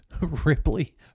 Ripley